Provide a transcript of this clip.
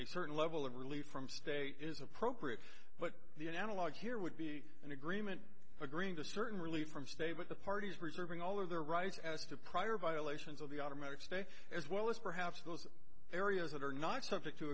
a certain level of relief from state is appropriate but the analog here would be an agreement agreeing to certain relief from state but the parties reserving all of their rights as to prior violations of the automatic stay as well as perhaps those areas that are not subject to